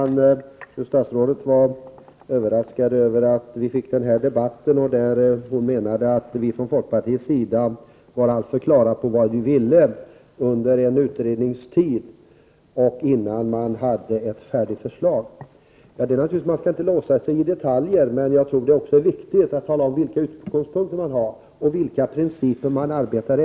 Herr talman! Statsrådet var överraskad över att vi fick den här debatten. Hon menade att vi från folkpartiets sida var alltför mycket klara över vad vi ville under en utredningstid och innan man hade ett färdigt förslag. Man skall inte låsa sig i detaljer, men jag tror att det också är viktigt att tala om vilka utgångspunkter man har och vilka principer man arbetar efter. Det — Prot.